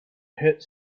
hit